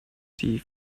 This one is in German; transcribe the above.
die